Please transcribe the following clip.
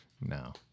No